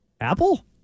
Apple